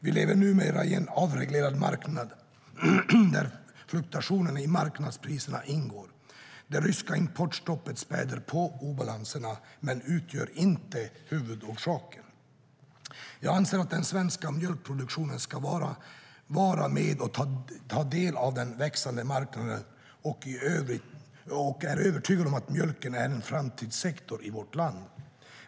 Vi lever numera i en avreglerad marknad där fluktuationer i marknadspriserna ingår. Det ryska importstoppet späder på obalanserna, men utgör inte huvudorsaken. Jag anser att den svenska mjölkproduktionen ska vara med och ta del av den växande marknaden och är övertygad om att mjölken är en framtidssektor i vårt land.